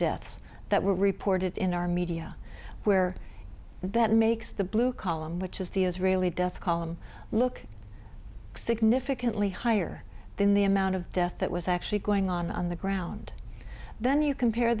deaths that were reported in our media where that makes the blue column which is the israeli death column look significantly higher than the amount of death that was actually going on on the ground then you compare